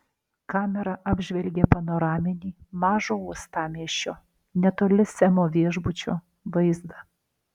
kamera apžvelgė panoraminį mažo uostamiesčio netoli semo viešbučio vaizdą